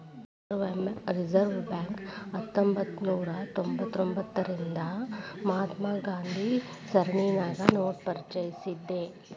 reserve bank ಹತ್ತೊಂಭತ್ನೂರಾ ತೊಭತಾರ್ರಿಂದಾ ರಿಂದ ಮಹಾತ್ಮ ಗಾಂಧಿ ಸರಣಿನ್ಯಾಗ ನೋಟ ಪರಿಚಯಿಸೇದ್